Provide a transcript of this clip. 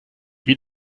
wie